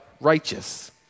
righteous